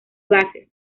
gases